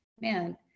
man